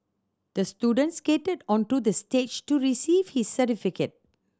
the student skated onto the stage to receive his certificate